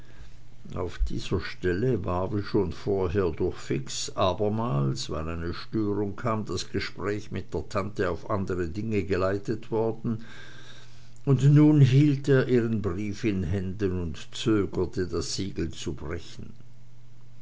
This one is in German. an dieser stelle war wie schon vorher durch fix abermals weil eine störung kam das gespräch mit der tante auf andre dinge hingeleitet worden und nun hielt er ihren brief in händen und zögerte das siegel zu brechen